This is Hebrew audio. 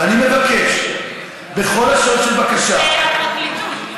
ואני מבקש בכל לשון של בקשה, הפרקליטות.